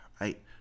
right